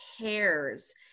cares